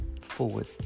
forward